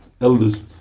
elders